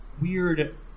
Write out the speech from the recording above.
weird